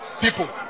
People